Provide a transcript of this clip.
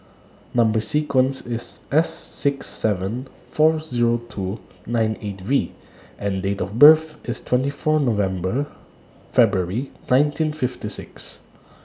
Number sequence IS S six seven four Zero two nine eight V and Date of birth IS twenty four November February one thousand nineteen fifty six